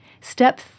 Step